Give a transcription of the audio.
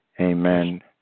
amen